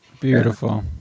beautiful